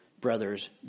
brothers